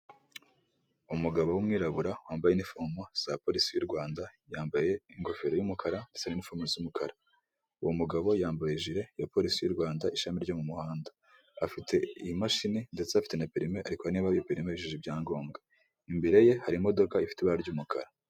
Umugabo w'umwirabura wambaye inifomo za polisi y'u Rwanda, yambaye ingofero y'umukara ndetse n'inifomu y'umukara uwo mugabo yambaye ijiri ya polisi y'u Rwanda ishami ryo mumuhanda, afite iyi mashini ndetse afite na perime ari kureba niba iyo perime yujeje ibyangombwa, imbere ye hari imodoka ifite ibara ry'umukara.